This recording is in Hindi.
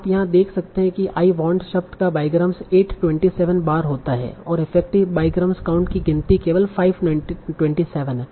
आप यहाँ देख सकते है आई वांट शब्द का बाईग्राम 827 बार होता है और इफेक्टिव बाईग्राम काउंट की गिनती केवल 527 है